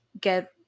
get